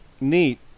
neat